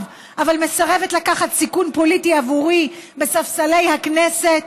אבל מסרבת לקחת סיכון פוליטי עבורי בספסלי הכנסת,